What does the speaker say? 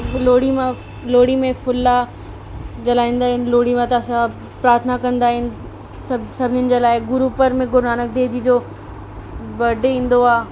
लोहिड़ी में लोहिड़ी में फुला जलाईंदा आहिनि लोहिड़ी में त असां प्रार्थना कंदा आहियूं सभु सभिनी जे लाइ गुरु पर्व में गुरु नानक देव जी जो बर्डे ईंदो आहे